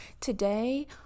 Today